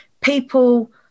people